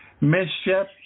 mischief